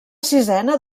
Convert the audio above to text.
sisena